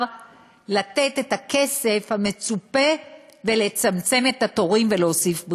לתת את הכסף המצופה ולצמצם את התורים ולהוסיף בריאות.